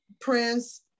Prince